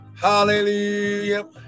Hallelujah